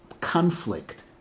conflict